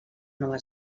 nova